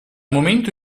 momento